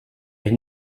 est